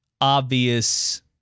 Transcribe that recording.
obvious